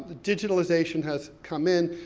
digitalization has come in,